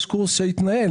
יש קורס שהתנהל